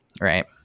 right